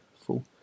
full